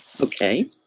Okay